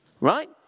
Right